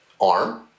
arm